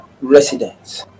residents